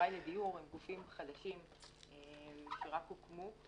לדיור הם גופים חדשים שרק הוקמו,